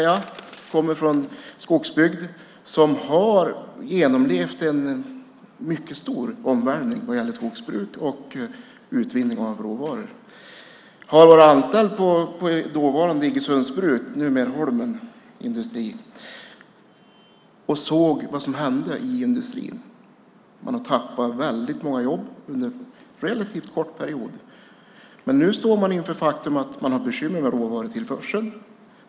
Jag kommer från en skogsbygd som har genomlevt en mycket stor omvälvning vad gäller skogsbruk och utvinning av råvaror. Jag har varit anställd på dåvarande Iggesunds Bruk, numera Holmen Industri. Jag såg vad som hände i industrin. Man har tappat väldigt många jobb under en relativt kort period, men nu står man inför det faktum att man har bekymmer med råvarutillförseln.